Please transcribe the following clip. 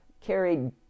carried